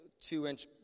two-inch